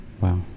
Wow